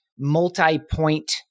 multi-point